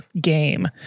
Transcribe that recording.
game